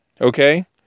okay